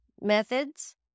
methods